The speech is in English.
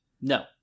No